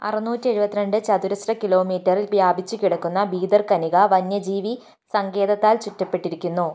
അറുനൂറ്റി എഴുപത്തി രണ്ട് ചതുരശ്ര കിലോമീറ്ററിൽ വ്യാപിച്ചുകിടക്കുന്ന ഭീതർകനിക വന്യജീവി സങ്കേതത്താൽ ചുറ്റപ്പെട്ടിരിക്കുന്നു